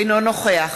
אינו נוכח